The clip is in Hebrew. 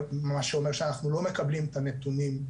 מה שאומר שאנחנו לא מקבלים את הנתונים,